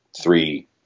three